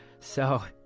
so